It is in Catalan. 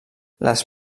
les